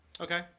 Okay